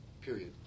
period